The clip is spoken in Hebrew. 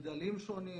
גדלים שונים,